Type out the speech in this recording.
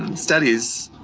and studies,